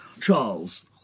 Charles